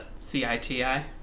C-I-T-I